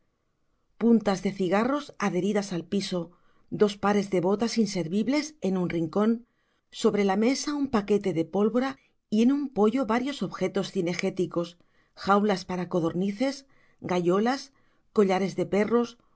puntas de cigarros adheridas al piso dos pares de botas inservibles en un rincón sobre la mesa un paquete de pólvora y en un poyo varios objetos cinegéticos jaulas para codornices gayolas collares de perros